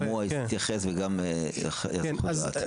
גם הוא התייחס וגם יאסר חוג'יראת.